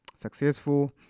Successful